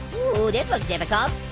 ooh, this looks difficult.